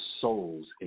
soul's